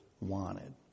wanted